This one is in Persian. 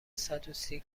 صدوسی